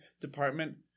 department